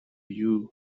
you